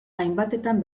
hainbatetan